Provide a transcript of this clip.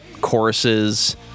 choruses